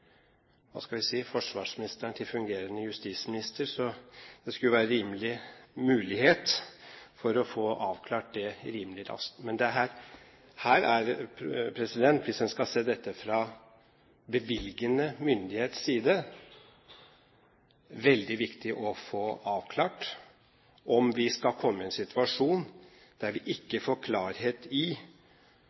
hva skal vi si – forsvarsministeren til fungerende justisminister, så det skulle være mulighet for å få avklart det rimelig raskt. Hvis en skal se dette fra bevilgende myndighets side, er det veldig viktig å få avklart om vi skal komme i en situasjon der vi ikke får klarhet i